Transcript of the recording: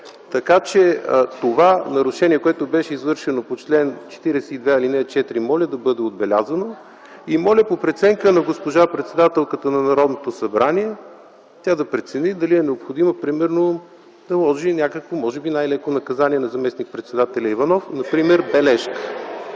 Така, че това нарушение, което беше извършено по чл. 42, ал. 4, моля да бъде отбелязано. И моля госпожа председателката на Народното събрание да прецени дали е необходимо да наложи някакво може би най-леко наказание на заместник-председателя Иванов – например „бележка”.